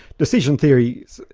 decision theory,